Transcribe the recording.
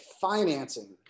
Financing